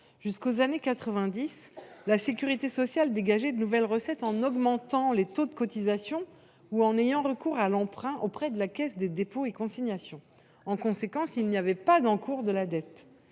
Jusqu’aux années 1990, la sécurité sociale dégageait de nouvelles recettes en augmentant les taux de cotisation ou en ayant recours à l’emprunt auprès de la Caisse des dépôts et consignations. En conséquence, il n’y avait pas d’encours de dette.